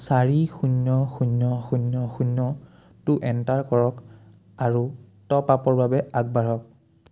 চাৰি শূন্য শূন্য শূন্যটো এণ্টাৰ কৰক আৰু টপ আপৰ বাবে আগবাঢ়ক